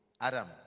Adam